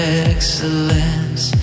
excellence